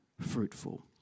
fruitful